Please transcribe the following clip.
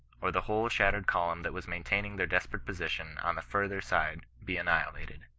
or the whole shattered column that was maintaining their desperate position on the farther side be annihilated.